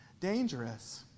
dangerous